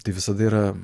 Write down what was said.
tai visada yra